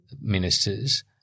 ministers